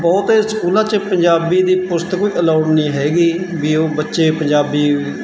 ਬਹੁਤੇ ਸਕੂਲਾਂ 'ਚ ਪੰਜਾਬੀ ਦੀ ਪੁਸਤਕ ਹੀ ਅਲੋਡ ਨਹੀਂ ਹੈਗੀ ਵੀ ਉਹ ਬੱਚੇ ਪੰਜਾਬੀ